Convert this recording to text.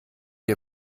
ihr